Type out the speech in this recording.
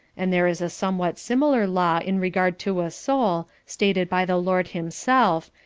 and there is a somewhat similar law in regard to a soul, stated by the lord himself.